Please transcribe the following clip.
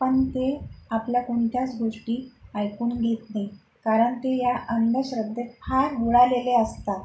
पन ते आपल्या कोनत्याच गोष्टी ऐकून घेत नाही कारन ते या अंधश्रद्धेत फार बुळालेले असतात